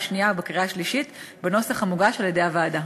שנייה ובקריאה שלישית בנוסח המוגש על-ידי הוועדה.